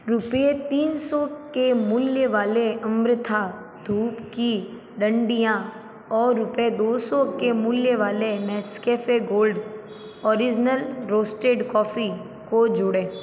रुपये तीन सौ के मूल्य वाले अमृथा धूप की डंडियाँ और रुपये दो सौ के मूल्य वाले Nescafe gold original roasted coffee को जोड़ें